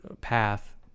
path